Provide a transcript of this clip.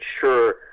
sure